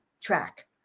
track